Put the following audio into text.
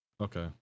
Okay